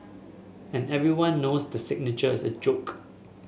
and everyone knows the signature is a joke